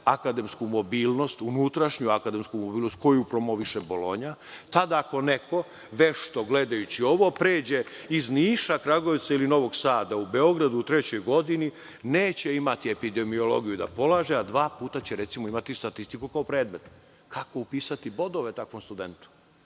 da ako dozvolite unutrašnju akademsku mobilnost koju promoviše Bolonja, tada ako neko vešto gledajući ovo pređe iz Niša, Kragujevca ili Novog Sada u Beograd u trećoj godini neće imati epidemiologiju da polaže, a dva puta će imati statistiku kao predmet. Kako upisati bodove takvom studentu?